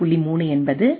3 என்பது சி